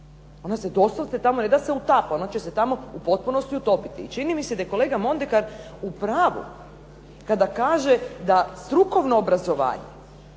ona se doslovce ne da se utapa, ona će se tamo doslovce u potpunosti utopiti. I čini mi se da je kolega Mondekar u pravu kada kaže da strukovno obrazovanje